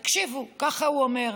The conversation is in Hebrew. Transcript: תקשיבו, ככה הוא אומר.